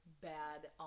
bad